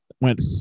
Went